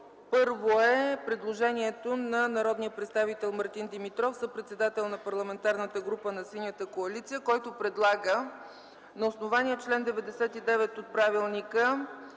първо е предложението на народния представител Мартин Димитров, съпредседател на Парламентарната група на Синята коалиция, който предлага на основание чл. 99 от Правилника